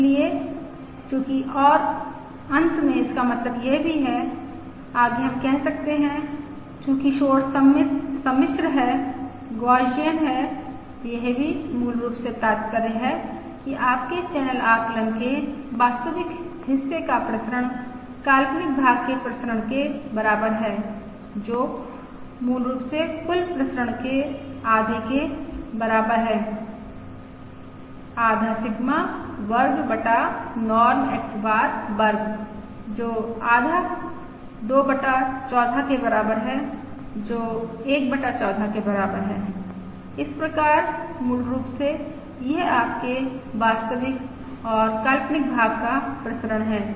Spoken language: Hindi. इसलिए चूंकि और अंत में इसका मतलब यह भी है आगे हम कह सकते हैं चूंकि शोर सममित सम्मिश्र है गौसियन यह भी मूल रूप से तात्पर्य है कि आपके चैनल आकलन के वास्तविक हिस्से का प्रसरण काल्पनिक भाग के प्रसरण के बराबर है और जो मूल रूप से कुल प्रसरण के आधे के बराबर है आधा सिग्मा वर्ग बटा नॉर्म X बार वर्ग जो आधा 2 बटा 14 के बराबर है जो 1 बटा 14 के बराबर है इसप्रकार मूल रूप से यह आपके वास्तविक और काल्पनिक भाग का प्रसरण है